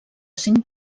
cinc